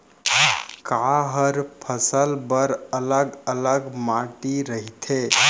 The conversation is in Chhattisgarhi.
का हर फसल बर अलग अलग माटी रहिथे?